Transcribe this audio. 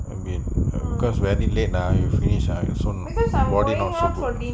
a bit cause very late lah evening also body not so good